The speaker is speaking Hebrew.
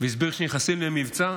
והסביר שנכנסים למבצע?